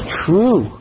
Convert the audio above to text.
true